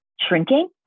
shrinking